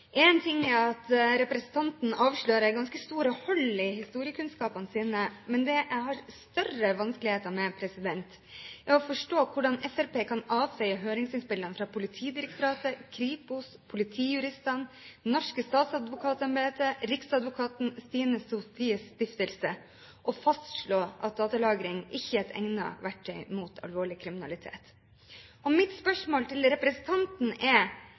en politistat hvis vi implementerer datalagringsdirektivet. Én ting er at representanten avslører ganske store hull i sine historiekunnskaper, men det jeg har større vanskeligheter med, er å forstå hvordan Fremskrittspartiet kan avfeie høringsinnspillene fra Politidirektoratet, Kripos, Politijuristene, Det norske statsadvokatembete, Riksadvokaten og Stine Sofies Stiftelse og fastslå at datalagring ikke er et egnet verktøy mot alvorlig kriminalitet. Mitt spørsmål til representanten er: